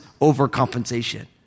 overcompensation